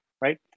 right